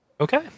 Okay